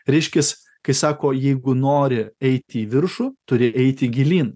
reiškis kai sako jeigu nori eiti į viršų turi eiti gilyn